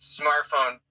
smartphone